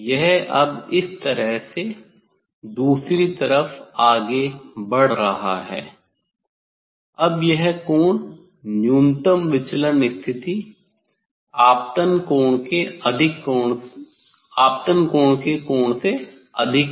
यह अब इस तरह से दूसरी तरफ आगे बढ़ रहा है अब यह कोण न्यूनतम विचलन स्थिति आपतन कोण के कोण से अधिक है